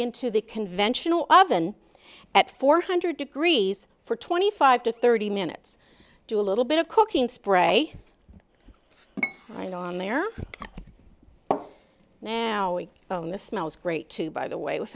into the conventional oven at four hundred degrees for twenty five to thirty minutes do a little bit of cooking spray going on there now own the smells great too by the way with